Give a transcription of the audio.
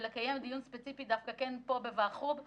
ולקיים דיון ספציפי פה בוועדת החוץ והביטחון.